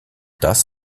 das